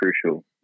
crucial